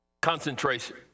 Concentration